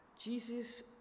Jesus